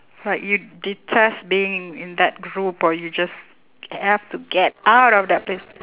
like you detest being in in that group or you just have to get out of that place